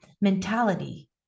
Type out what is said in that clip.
mentality